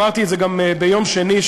אמרתי את זה גם ביום שני,